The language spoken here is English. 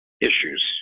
issues